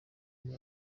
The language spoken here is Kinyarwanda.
muri